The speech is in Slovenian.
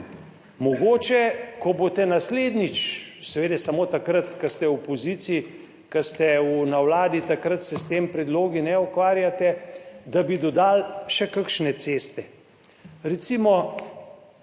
mogoče, ko boste naslednjič, seveda samo takrat, ko ste v opoziciji, ko ste na Vladi, takrat se s temi predlogi ne ukvarjate, da bi dodali še kakšne teste. Recimo